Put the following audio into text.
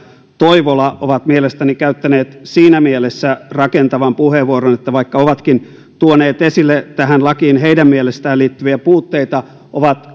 toivola ovat mielestäni käyttäneet siinä mielessä rakentavan puheenvuoron että vaikka he ovatkin tuoneet esille tähän lakiin heidän mielestään liittyviä puutteita he ovat